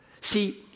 see